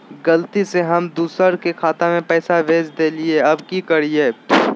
गलती से हम दुसर के खाता में पैसा भेज देलियेई, अब की करियई?